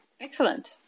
Excellent